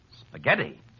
Spaghetti